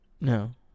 no